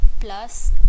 plus